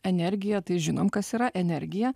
energija tai žinom kas yra energija